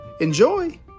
Enjoy